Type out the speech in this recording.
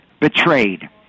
betrayed